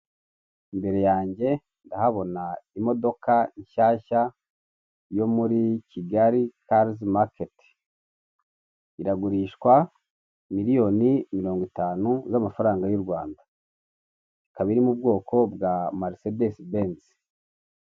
Imbere yanjye ndahabona imodoka nshyashya yo muri Kigali karizi maketi, iragurishwa miliyoni mirongo itanu z'amafaranga y'u Rwanda, ikaba iri mu bwoko bwa marisedesi benzi.